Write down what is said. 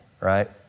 right